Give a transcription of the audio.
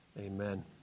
Amen